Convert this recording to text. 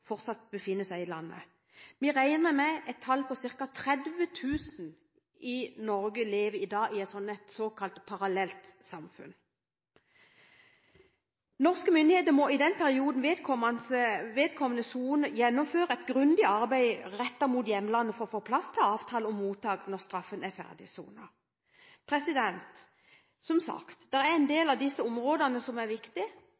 fortsatt befinner seg i landet. Vi regner med at det er et antall på ca. 30 000 i Norge i dag som lever i et såkalt «parallelt samfunn». Norske myndigheter må i den perioden vedkommende soner, gjennomføre et grundig arbeid rettet mot hjemlandet for å få på plass avtale om mottak når straffen er ferdigsonet. Som sagt: Det er en